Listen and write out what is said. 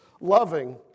loving